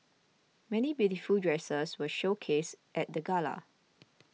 many beautiful dresses were showcased at the gala